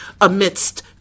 amidst